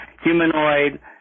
humanoid